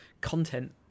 content